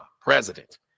president